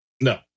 no